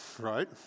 right